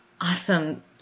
awesome